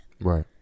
right